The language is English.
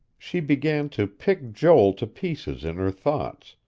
she began to pick joel to pieces in her thoughts,